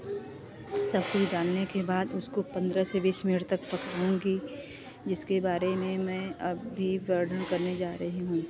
सब कुछ डालने के बाद उसको पंद्रह से बीस मिनट तक पकाऊँगी इसके बारे में मैं अभी वर्णन करने जा रही हूँ